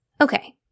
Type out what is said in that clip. Okay